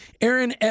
Aaron